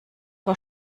vor